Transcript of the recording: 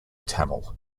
tamil